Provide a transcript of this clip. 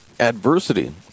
adversity